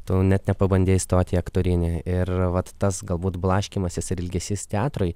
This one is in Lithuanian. tu net nepabandei įstoti į aktorinį ir vat tas galbūt blaškymasis ir ilgesys teatrui